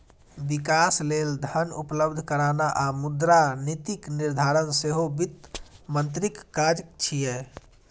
विकास लेल धन उपलब्ध कराना आ मुद्रा नीतिक निर्धारण सेहो वित्त मंत्रीक काज छियै